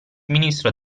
ministro